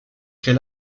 très